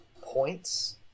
points